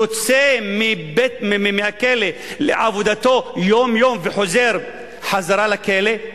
יוצא מהכלא לעבודתו יום-יום וחוזר חזרה לכלא,